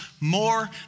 more